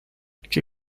que